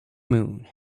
moon